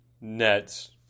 Nets